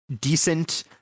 decent